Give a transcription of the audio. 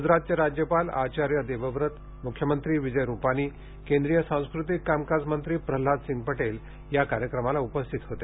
गुजरातचे राज्यपाल आचार्य देवव्रत गुजरातचे मुख्यमंत्री विजय रूपानी केंद्रीय सांस्कृतिक कामकाज मंत्री प्रह्नाद सिंग पटेल या कार्यक्रमाला उपस्थित होते